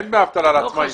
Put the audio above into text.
אין דמי אבטלה לעצמאים.